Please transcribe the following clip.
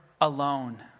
alone